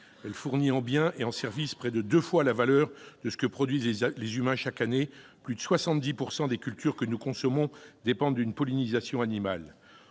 elle fournit en biens et services près de deux fois la valeur de ce que produisent les humains chaque année ; plus de 70 % des cultures que nous consommons dépendent d'une pollinisation animale.